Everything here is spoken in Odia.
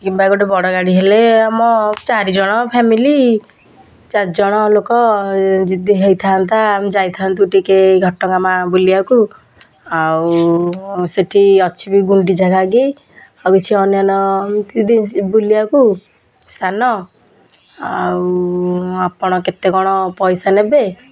କିମ୍ବା ଗୋଟେ ବଡ଼ ଗାଡ଼ି ହେଲେ ଆମ ଚାରିଜଣ ଫ୍ୟାମିଲି ଚାରି ଜଣ ଲୋକ ଯଦି ହୋଇଥାନ୍ତା ଆମେ ଯାଇଥାନ୍ତୁ ଟିକିଏ ଘଟଗାଁ ମାଆ ବୁଲିବାକୁ ଆଉ ସେଠି ଅଛି ବି ଗୁଣ୍ଡିଚା ଘାଗି ଆଉ କିଛି ଅନ୍ୟାନ ଏମିତି ବୁଲିବାକୁ ସ୍ଥାନ ଆଉ ଆପଣ କେତେ କଣ ପଇସା ନେବେ